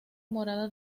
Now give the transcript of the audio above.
morada